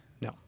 No